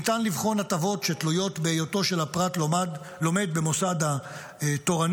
ניתן לבחון הטבות שתלויות בהיותו של הפרט לומד במוסד תורני,